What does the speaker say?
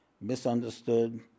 misunderstood